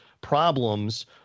problems